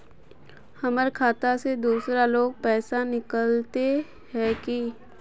हमर खाता से दूसरा लोग पैसा निकलते है की?